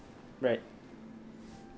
right